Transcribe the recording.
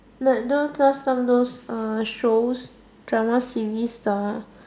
like those last time those uh shows drama series style